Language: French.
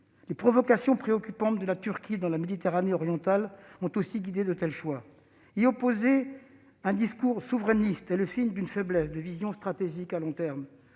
Les préoccupantes provocations de la Turquie en Méditerranée orientale ont elles aussi guidé de tels choix. Y opposer un discours souverainiste trahit une faiblesse de vision stratégique à long terme.